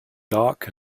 dark